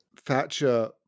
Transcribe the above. Thatcher